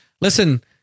Listen